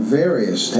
various